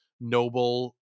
noble